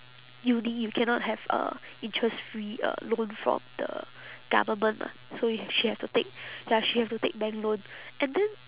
uni you cannot have a interest free uh loan from the government lah so you ha~ she have to take ya she have to bank loan and then